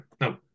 no